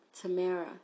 Tamara